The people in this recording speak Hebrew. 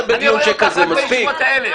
אני רואה אותך רק בישיבות האלה.